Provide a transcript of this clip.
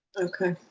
okay.